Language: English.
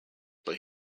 but